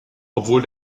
obwohl